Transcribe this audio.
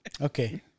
Okay